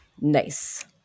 Nice